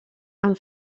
amb